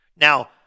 Now